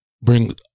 bring